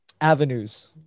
avenues